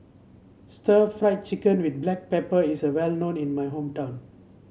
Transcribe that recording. Stir Fried Chicken with Black Pepper is well known in my hometown